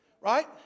Right